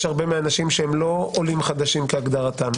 יש הרבה אנשים שאינם עולים חדשים כהגדרתם,